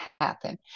happen